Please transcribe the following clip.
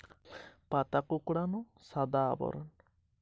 লেবু গাছে লীফকার্লের উপসর্গ গুলি কি কী?